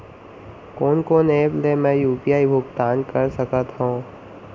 कोन कोन एप ले मैं यू.पी.आई भुगतान कर सकत हओं?